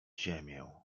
ziemię